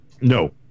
No